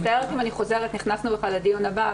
נכנסנו לדיון הבא,